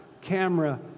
camera